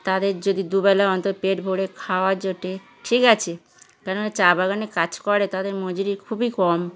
তাদের যদি দুবেলা অন্তত পেট ভরে খাওয়া জোটে ঠিক আছে কেন না চা বাগানে কাজ করে তাদের মজুরি খুবই কম